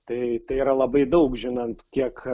tai tai yra labai daug žinant kiek